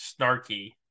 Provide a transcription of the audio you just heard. snarky